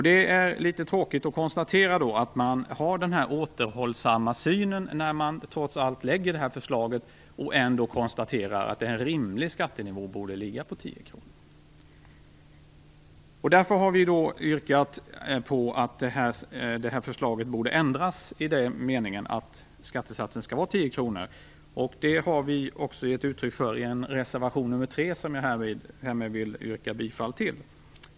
Det är litet tråkigt att behöva konstatera att man har en så återhållsam syn när man trots allt säger att skatten rimligen borde ligga på 10 Därför har vi yrkat på att förslaget skall ändras så till vida att skattesatsen skall vara 10 kr. Det har vi gett uttryck för i reservation 3, som jag härmed yrkar bifall till.